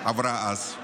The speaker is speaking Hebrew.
עברה אז.